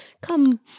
Come